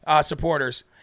supporters